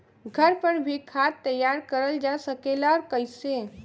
घर पर भी खाद तैयार करल जा सकेला और कैसे?